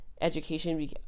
Education